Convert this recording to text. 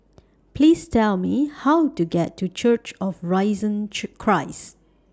Please Tell Me How to get to Church of Risen Christ